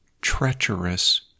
treacherous